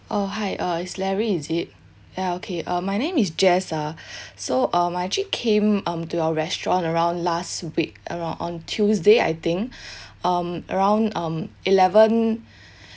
oh hi uh is larry is it ya okay uh my name is jess ah so um I actually came um to your restaurant around last week around on tuesday I think um around um eleven